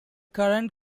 current